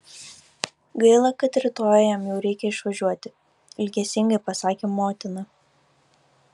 gaila kad rytoj jam jau reikia išvažiuoti ilgesingai pasakė motina